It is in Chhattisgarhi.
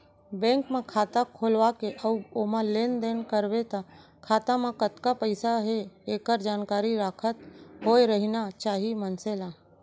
बेंक म खाता खोलवा बे अउ ओमा लेन देन करबे त खाता म कतका पइसा हे एकर जानकारी राखत होय रहिना चाही मनसे ल